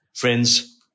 Friends